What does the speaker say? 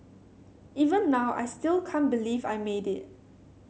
even now I still can't believe I made it